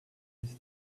his